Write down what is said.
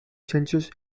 census